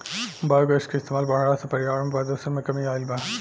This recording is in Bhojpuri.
बायोगैस के इस्तमाल बढ़ला से पर्यावरण में प्रदुषण में कमी आइल बा